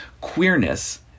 Queerness